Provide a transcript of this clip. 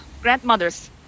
grandmother's